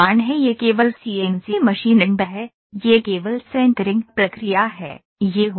यह केवल CNC machining है यह केवल sintering प्रक्रिया है यह हो रहा है